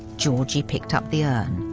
georgie picked up the urn.